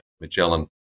Magellan